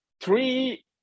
three